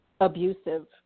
Abusive